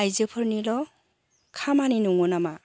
आइजोफोरनिल' खामानि नङो नामा